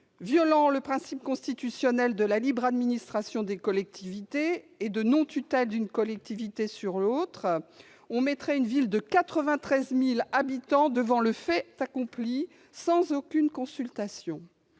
Violant le principe constitutionnel de libre administration des collectivités et de non-tutelle d'une collectivité sur l'autre, on mettrait une ville de 93 000 habitants devant le fait accompli, sans aucune consultation.